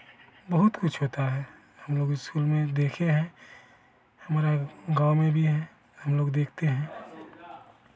बहुत कुछ होता है हम लोग इस्कूल में देखे हैं हमारा गाँव में भी है हम लोग देखते हैं